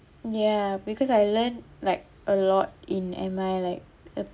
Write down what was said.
ya because I learn like a lot in M_I like the